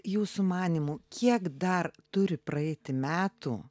jūsų manymu kiek dar turi praeiti metų